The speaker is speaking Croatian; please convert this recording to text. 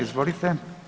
Izvolite.